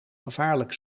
gevaarlijk